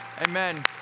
amen